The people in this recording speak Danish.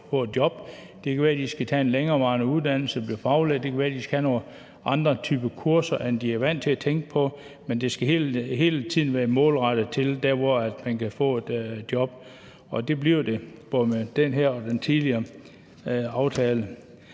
Det kan være, at de skal tage en længerevarende uddannelse og blive faglært, det kan være, at de skal have nogle andre typer kurser, end de er vant til at tænke på, men det skal hele tiden være målrettet til, hvor man kan få et job, og det bliver det både med den her og den tidligere aftale.